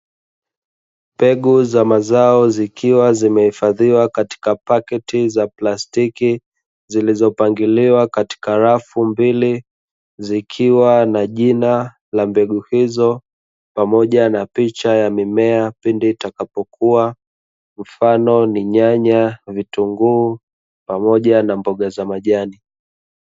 Mbegu za mazao zikiwa zimehifadhiwa katika pakiti za plastiki zilizopangiliwa katika rafu mbili, zikiwa na jina la mbegu hizo pamoja na picha za mimea pindi zitakapokua mfano ni, nyanya, vitunguu pamoja na mboga za majani.